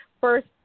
first